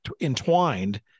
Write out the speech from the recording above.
entwined